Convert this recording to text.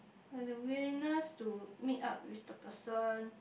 like the willingness to meet up with the person